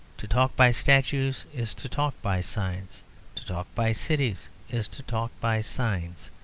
to talk by statues is to talk by signs to talk by cities is to talk by signs.